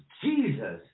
Jesus